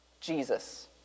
Jesus